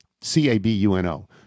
C-A-B-U-N-O